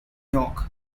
york